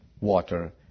water